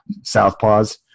southpaws